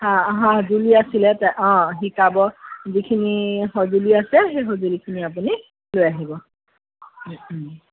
হা হা অ শিকাব যিখিনি সঁজুলি আছে সেই সঁজুলিখিনি আপুনি লৈ আহিব ও ও